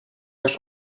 już